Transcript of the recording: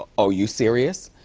ah oh, you serious?